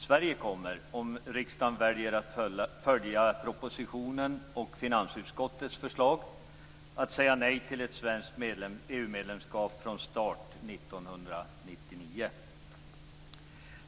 Sverige kommer, om riksdagen väljer att följa propositionen och finansutskottets förslag, att säga nej till ett svenskt EMU-medlemskap från starten 1999.